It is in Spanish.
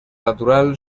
natural